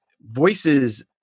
voices